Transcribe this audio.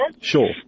Sure